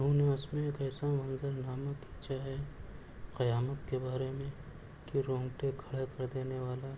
انہوں نے اس میں ایک ایسا منظرنامہ کھینچا ہے قیامت کے بارے میں کہ رونگٹے کھڑے کر دینے والا